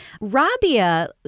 Rabia